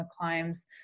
climbs